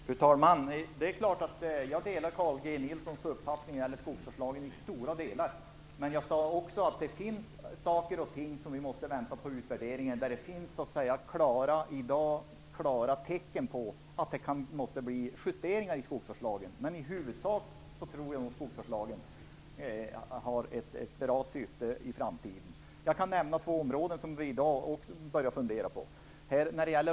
Fru talman! Det är klart att jag delar Carl G Nilssons uppfattning när det gäller skogsvårdslagen i stora delar, men jag sade också att vi måste vänta på utvärderingen av vissa saker. I dag finns det klara tecken på att det måste göras justeringar i skogsvårdslagen, men i huvudsak tror jag att skogsvårdslagen kommer att bli bra i framtiden. Jag kan nämna några områden som vi börjar fundera på i dag.